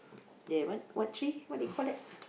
that one what tree what they call that